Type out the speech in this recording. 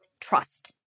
trust